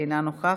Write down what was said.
אינה נוכחת,